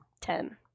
Ten